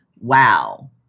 Wow